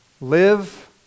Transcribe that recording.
Live